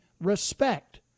respect